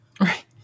Right